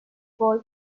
boy